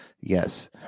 yes